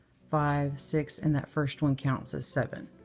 five, six, and that first one counts as seven.